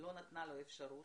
לא אפשרה לו,